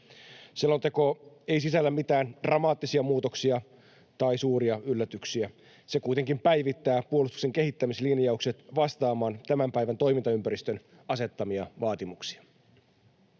Selonteko ei sisällä mitään dramaattisia muutoksia tai suuria yllätyksiä. Se kuitenkin päivittää puolustuksen kehittämislinjaukset vastaamaan tämän päivän toimintaympäristön asettamia vaatimuksia.